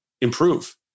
improve